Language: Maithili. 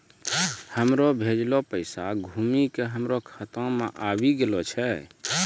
हमरो भेजलो पैसा घुमि के हमरे खाता मे आबि गेलो छै